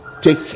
Take